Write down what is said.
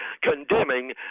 condemning